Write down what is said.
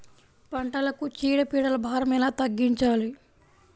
పంటలకు చీడ పీడల భారం ఎలా తగ్గించాలి?